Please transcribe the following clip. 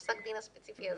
בספק הדין הספציפי הזה.